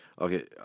okay